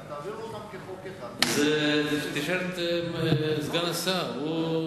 תעבירו אותם כחוק אחד, תשאל את סגן השר.